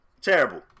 Terrible